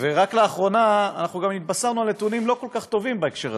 ורק לאחרונה אנחנו גם התבשרנו על נתונים לא כל כך טובים בהקשר הזה.